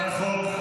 חבל מאוד,